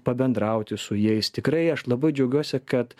pabendrauti su jais tikrai aš labai džiaugiuosi kad